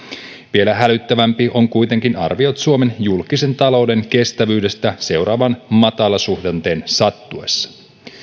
vielä hälyttävämpi on kuitenkin arvio suomen julkisen talouden kestävyydestä seuraavan matalasuhdanteen sattuessa